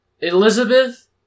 Elizabeth